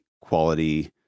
quality